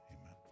amen